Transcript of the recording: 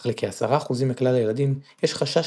אך לכעשרה אחוזים מכלל הילדים יש חשש